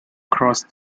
crossed